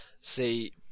See